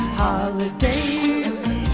Holidays